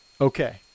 Okay